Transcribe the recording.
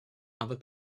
other